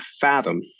fathom